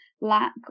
lack